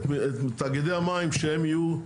את תאגידי המים שהם יהיו,